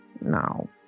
no